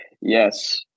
yes